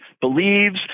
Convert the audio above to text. believes –